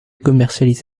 commercialise